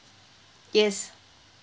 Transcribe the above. yes